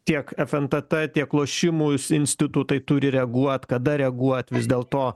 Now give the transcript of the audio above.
tiek fntt tiek lošimūs institutai turi reaguot kada reaguot vis dėl to